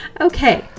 Okay